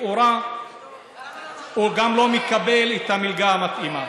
לכאורה גם הוא לא מקבל את המלגה המתאימה.